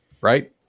Right